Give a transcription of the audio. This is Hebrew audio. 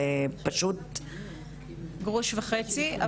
גרוש וחצי.